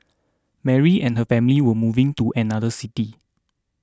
Mary and her family were moving to another city